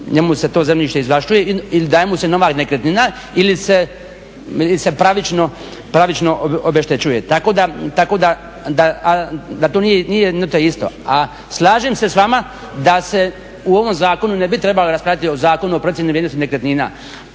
njemu se to zemljište izvlašćuje ili daje mu se nova nekretnina ili se pravično, pravično obeštećuje. Tako da to nije jedno te isto. A slažem se s vama da se u ovom zakonu ne bi trebalo raspravljati o Zakonu o procijeni vrijednosti nekretnina,